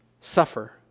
suffer